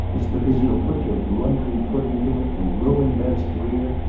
it's because you'll put your blundering foot into it and ruin bev's career,